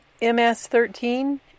MS-13